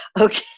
Okay